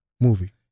movie